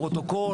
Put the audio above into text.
הפרוטוקול,